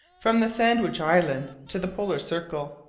from the sandwich islands to the polar circle.